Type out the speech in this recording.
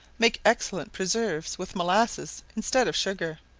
make excellent preserves with molasses instead of sugar.